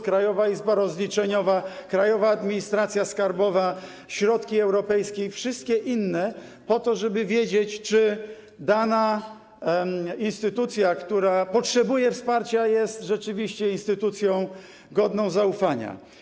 ZUS, Krajowa Izba Rozliczeniowa, Krajowa Administracja Skarbowa, środki europejskie i wszystkie inne, po to, żeby wiedzieć, czy dana instytucja, która potrzebuje wsparcia, jest rzeczywiście instytucją godną zaufania.